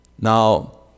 Now